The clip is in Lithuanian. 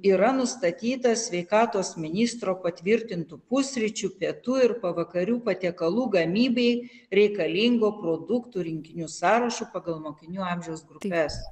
yra nustatytas sveikatos ministro patvirtintu pusryčių pietų ir pavakarių patiekalų gamybai reikalingų produktų rinkinių sąrašu pagal mokinių amžiaus grupes